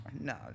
No